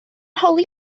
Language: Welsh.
holi